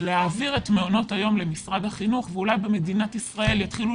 להעביר את מעונות היום למשרד החינוך ואולי במדינת ישראל יתחילו